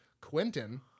Quentin